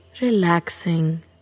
relaxing